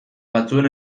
batzuen